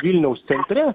vilniaus centre